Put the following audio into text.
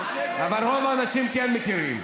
אבל רוב האנשים כן מכירים.